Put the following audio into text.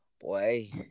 Boy